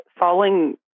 following